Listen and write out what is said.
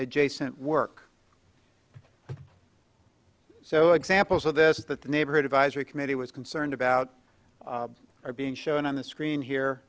adjacent work so examples of this that the neighborhood advisory committee was concerned about are being shown on the screen here